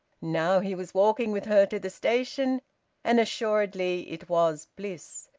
now he was walking with her to the station and assuredly it was bliss,